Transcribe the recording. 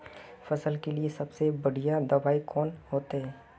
फसल के लिए सबसे बढ़िया दबाइ कौन होते?